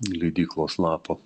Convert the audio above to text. leidyklos lapo